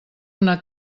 una